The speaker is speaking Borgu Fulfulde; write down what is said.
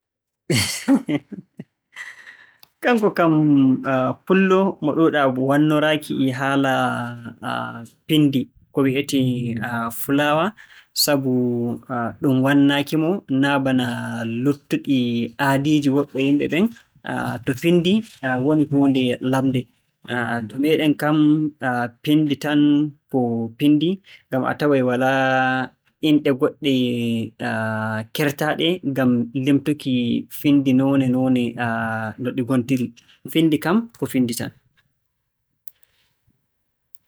kanko kam Pullo mo ɗuuɗaa wannoraaki e haala pinndi, ko wi'etee 'flower' sabu, ɗum wannaaki-mo naa bana luttuɗi aadiiji woɓɓe yimɓe ɓen, to pinndi woni laaɓnde. To meeɗen kam, pinndi tan ko pinndi. Ngam a taway walaa inɗe goɗɗe keertaaɗe ngam limtuki pinndi noone-noone no ɗi ngontiri. Pinndi kam ko pinndi tan.